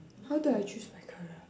how do I choose my career